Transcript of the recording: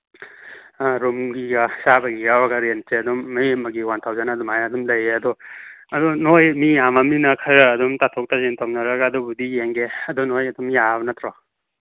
ꯑꯥ ꯔꯨꯝꯒꯤꯒ ꯆꯥꯕꯒꯤꯒ ꯌꯥꯎꯔꯒ ꯔꯦꯟꯁꯦ ꯑꯗꯨꯝ ꯃꯤ ꯑꯃꯒꯤ ꯋꯥꯟ ꯊꯥꯎꯖꯟ ꯑꯗꯨꯃꯥꯏꯅ ꯑꯗꯨꯝ ꯂꯩꯌꯦ ꯑꯗꯣ ꯑꯗꯣ ꯅꯣꯏ ꯃꯤ ꯌꯥꯝꯃꯝꯅꯤꯅ ꯈꯔ ꯑꯗꯨꯝ ꯇꯥꯊꯣꯛ ꯇꯥꯁꯤꯟ ꯇꯧꯅꯔꯒ ꯑꯗꯨꯕꯨꯗꯤ ꯌꯦꯡꯒꯦ ꯑꯗꯨ ꯅꯣꯏ ꯑꯗꯨꯝ ꯌꯥꯕ ꯅꯠꯇ꯭ꯔꯣ